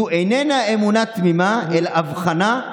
זו איננה אמונה תמימה אלא אבחנה,